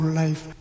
life